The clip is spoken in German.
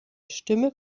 stimme